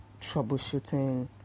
troubleshooting